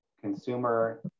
consumer